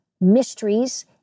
mysteries